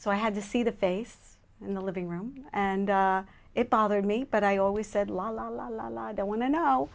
so i had to see the face in the living room and it bothered me but i always said la la la la la i don't want to know